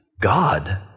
God